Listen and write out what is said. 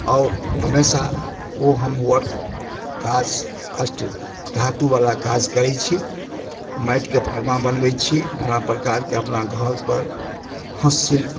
आओर हमेशा ओ आओर हम काज अष्टधातु वाला काज करै छी माटिकेँ फर्मा बनबै छी नाना प्रकारकेँ अपना घर पर हस्तशिल्प